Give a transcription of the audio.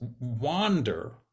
wander